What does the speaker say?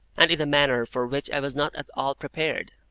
and in a manner for which i was not at all prepared.